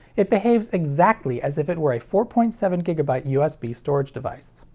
it behaves exactly as if it were a four point seven gigabyte usb storage device.